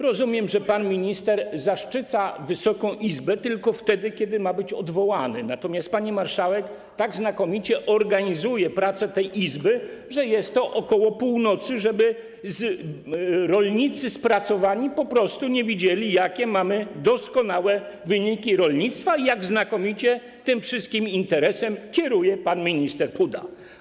Rozumiem, że pan minister zaszczyca Wysoka Izbę tylko wtedy, kiedy ma być odwołany, natomiast pani marszałek tak znakomicie organizuje pracę tej Izby, że odbywa się to ok. północy, żeby spracowani rolnicy po prostu nie widzieli, jakie mamy doskonałe wyniki w rolnictwie i jak znakomicie tym całym interesem kieruje pan minister Puda.